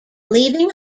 leaving